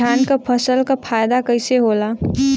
धान क फसल क फायदा कईसे होला?